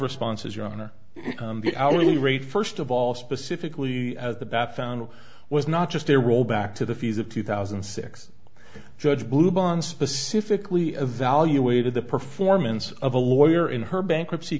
responses your honor the hourly rate first of all specifically the bat found was not just a roll back to the fees of two thousand and six judge blue bonds specifically evaluated the performance of a lawyer in her bankruptcy